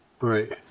right